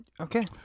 okay